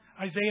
Isaiah